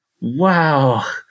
Wow